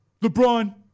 LeBron